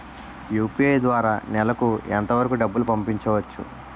UPI ద్వారా నెలకు ఎంత వరకూ డబ్బులు పంపించవచ్చు?